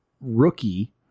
rookie